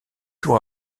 tout